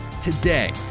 today